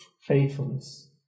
faithfulness